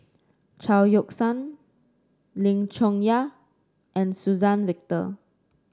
Chao Yoke San Lim Chong Yah and Suzann Victor